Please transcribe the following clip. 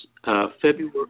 February